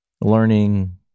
learning